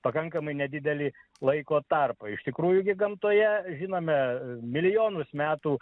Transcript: pakankamai nedidelį laiko tarpą iš tikrųjų gi gamtoje žinome milijonus metų